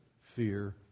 fear